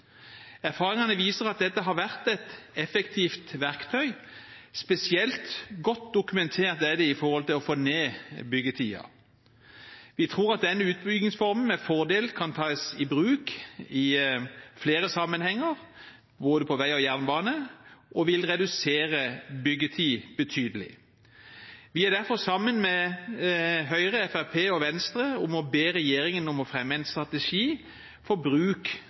Erfaringene viser at dette har vært et effektivt verktøy. Spesielt godt dokumentert er det når det gjelder å få ned byggetiden. Vi tror at denne utbyggingsformen med fordel kan tas i bruk i flere sammenhenger, både på vei og jernbane, og at det vil redusere byggetid betydelig. Vi har derfor gått sammen med Høyre, Fremskrittspartiet og Venstre om å be regjeringen om å fremme en strategi for bruk